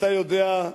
אתה יודע,